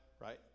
right